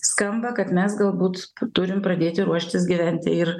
skamba kad mes galbūt turim pradėti ruoštis gyventi ir